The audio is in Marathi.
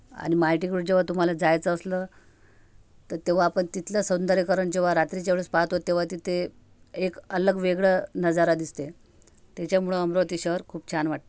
आणि मालटीहूळ जेवा तुम्हाला जायचं असलं त तेव्हा आपण तिथलं सौंदर्यकरण जेवा रात्रीच्या वेळेस पाहतो तेव्हा तिथे एक अलग वेगळं नजारा दिसते त्याच्यामुळं अमरावती शहर खूप छान वाटते